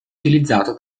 utilizzato